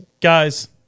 Guys